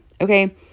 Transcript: Okay